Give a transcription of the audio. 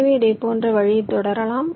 எனவே இதேபோன்ற வழியில் தொடரலாம்